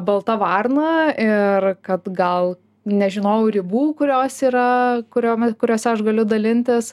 balta varna ir kad gal nežinojau ribų kurios yra kuriom kuriose aš galiu dalintis